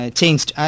changed